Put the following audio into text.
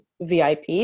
VIP